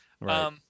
Right